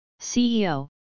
CEO